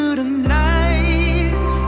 tonight